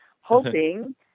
hoping